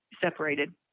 separated